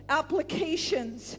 applications